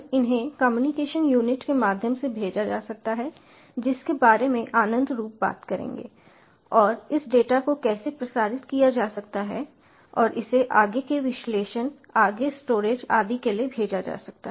इन्हें communication unit के माध्यम से भेजा जा सकता है जिसके बारे में आनंदरूप बात करेंगे और इस डेटा को कैसे प्रसारित किया जा सकता है और इसे आगे के विश्लेषण आगे स्टोरेज आदि के लिए भेजा जा सकता है